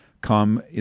Come